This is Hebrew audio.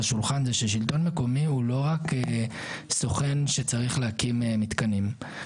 השולחן זה ששלטון מקומי הוא לא רק סוכן שצריך להקים מתקנים.